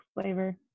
flavor